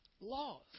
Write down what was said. laws